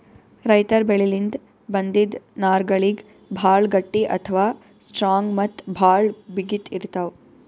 ರೈತರ್ ಬೆಳಿಲಿನ್ದ್ ಬಂದಿಂದ್ ನಾರ್ಗಳಿಗ್ ಭಾಳ್ ಗಟ್ಟಿ ಅಥವಾ ಸ್ಟ್ರಾಂಗ್ ಮತ್ತ್ ಭಾಳ್ ಬಿಗಿತ್ ಇರ್ತವ್